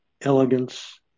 elegance